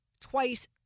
twice